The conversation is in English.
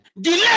delay